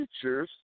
features